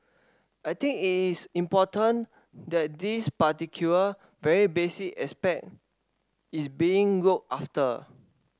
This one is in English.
I think it's important that this particular very basic aspect is being looked after